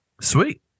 Sweet